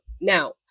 Now